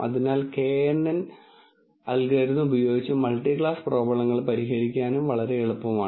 അതിനാൽ kNN algorithm ഉപയോഗിച്ച് multi class പ്രോബ്ലങ്ങൾ പരിഹരിക്കാനും വളരെ എളുപ്പമാണ്